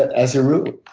as a rule,